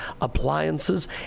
appliances